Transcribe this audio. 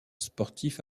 sportif